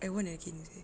I want again seh